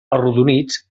arrodonits